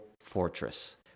fortress